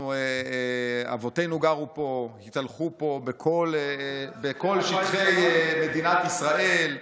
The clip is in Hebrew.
אבותינו גרו פה, התהלכו פה בכל שטחי מדינת ישראל.